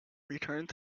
returned